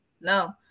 No